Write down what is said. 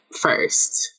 first